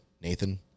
Nathan